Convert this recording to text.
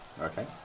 Okay